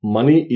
Money